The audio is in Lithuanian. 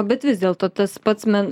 bet vis dėlto tas pats men